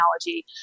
technology